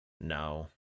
No